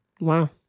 Wow